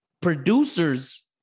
producers